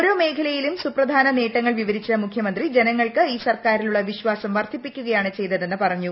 ഓരോ മേഖലയിലെയും സുപ്രധാന നേട്ടങ്ങൾ വിവരിച്ച മുഖ്യമന്ത്രി ജനങ്ങൾക്ക് ഈ സർക്കാരിലുള്ള വിശ്വാസം വർധിപ്പിക്കുകയാണ് ചെയ്തതെന്ന് പറഞ്ഞു